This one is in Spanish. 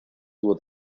tuvo